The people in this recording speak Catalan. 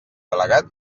delegat